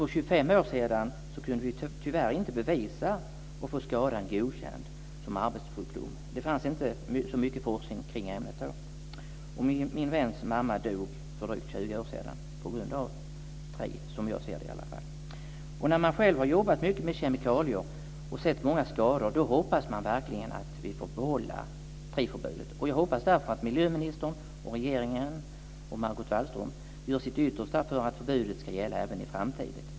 För 25 år sedan kunde vi tyvärr inte bevisa detta och få skadan godkänd som arbetssjukdom. Det fanns inte så mycket forskning kring ämnet då. Min väns mamma dog för drygt 20 år sedan på grund av tri - som jag ser det i alla fall. När man själv har jobbat mycket med kemikalier och sett många skador hoppas man verkligen att vi får behålla tri-förbudet. Jag hoppas därför att miljöministern, regeringen och Margot Wallström gör sitt yttersta för att förbudet ska gälla även i framtiden.